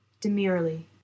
Demurely